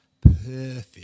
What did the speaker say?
perfect